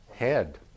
head